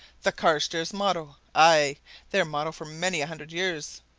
the carstairs motto! aye their motto for many a hundred years!